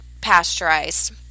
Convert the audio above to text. pasteurized